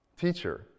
Teacher